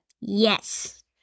Yes